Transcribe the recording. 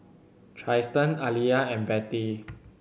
Trystan Aaliyah and Betty